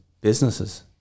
businesses